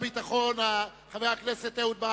חבר הכנסת שטרית,